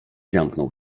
zamknął